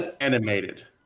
Animated